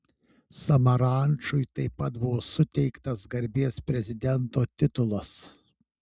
samaranchui taip pat buvo suteiktas garbės prezidento titulas